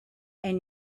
and